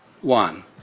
One